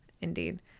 Indeed